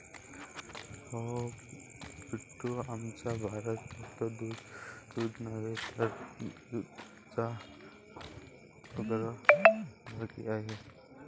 अहो पिंटू, आमचा भारत फक्त दूध नव्हे तर जूटच्या अग्रभागी आहे